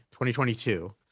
2022